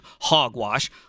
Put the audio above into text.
hogwash